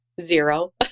Zero